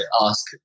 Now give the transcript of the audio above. ask